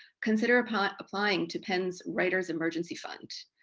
consider upon applying to pen's writer's emergency fund.